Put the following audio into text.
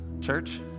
Church